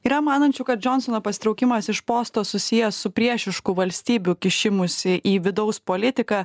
yra manančių kad džionsono pasitraukimas iš posto susijęs su priešiškų valstybių kišimusi į vidaus politiką